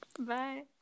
Bye